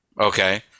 okay